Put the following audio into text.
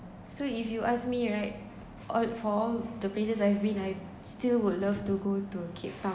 so if you ask me right all for all the places I've been I still would love to go to cape town